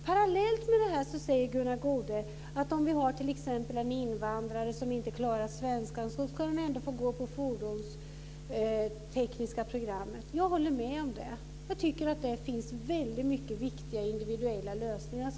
Parallellt med detta säger Gunnar Goude att en invandrare som inte klarar svenskan ändå ska kunna gå på fordonstekniska programmet. Jag håller med om det. Jag tycker att det finns många viktiga individuella lösningar.